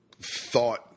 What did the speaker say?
thought